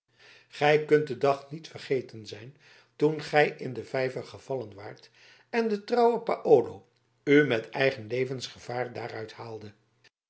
gij kunt den dag niet vergeten zijn toen gij in den vijver gevallen waart en de getrouwe paolo u met eigen levensgevaar daaruit haalde